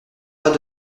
pas